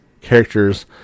characters